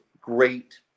great